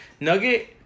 Nugget